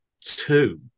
two